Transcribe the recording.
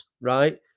right